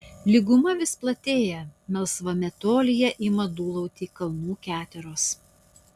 lyguma vis platėja melsvame tolyje ima dūluoti kalnų keteros